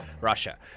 Russia